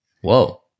Whoa